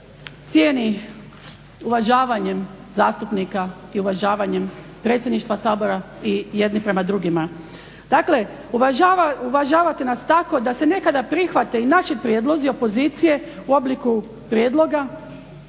cijeni uvažavanjem zastupnika i uvažavanjem predsjedništva Sabora i jedni prema drugima. Dakle, uvažavajte nas tako da se nekada prihvate i naši prijedlozi opozicije u obliku prijedloga